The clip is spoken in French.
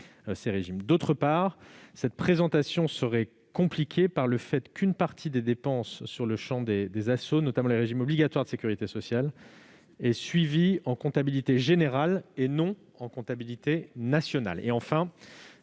ces régimes. Par ailleurs, cette présentation serait compliquée par le fait qu'une partie des dépenses du champ des ASSO, notamment les régimes obligatoires de sécurité sociale, est suivie en comptabilité générale et non en comptabilité nationale. Enfin,